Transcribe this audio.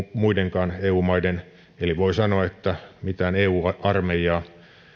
muidenkaan eu maiden eli voi sanoa että mitään eu armeijaa